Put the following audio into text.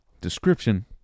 description